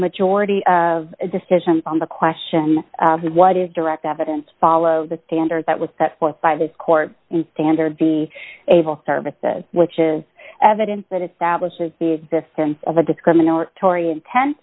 majority of decisions on the question what is direct evidence follow the standards that was set forth by this court in standard be able services which is evidence that if that was the sense of a discriminatory inten